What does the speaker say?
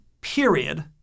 period